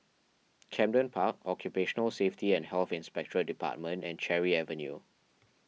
Camden Park Occupational Safety and Health Inspectorate Department and Cherry Avenue